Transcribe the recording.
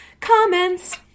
Comments